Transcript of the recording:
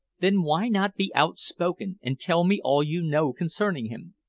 then why not be outspoken and tell me all you know concerning him?